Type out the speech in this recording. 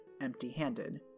empty-handed